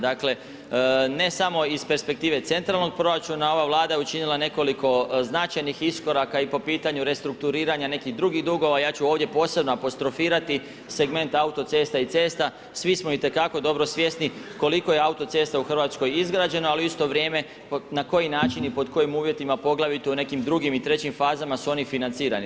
Dakle, ne samo iz perspektive centralnog proračuna ova Vlada je učinila nekoliko značajnih iskoraka i po pitanju restrukturiranja nekih drugih dugova, ja ću ovdje posebno apostrofirati segment autocesta i cesta, svi smo itekako dobro svjesni koliko je autocesta u Hrvatskoj izgrađeno, al' u isto vrijeme na koji način i pod kojim uvjetima, poglavito u nekim drugim i trećim fazama su oni financirani.